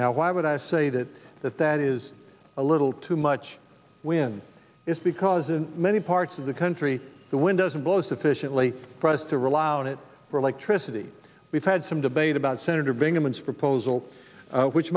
now why would i say that that that is a little too much when it's because in many parts of the country the wind doesn't blow sufficiently price to rely on it for electricity we've had some debate about senator bingaman to proposal which